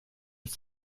uns